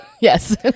Yes